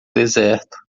deserto